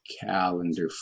calendar